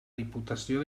diputació